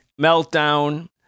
meltdown